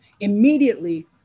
Immediately